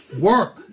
work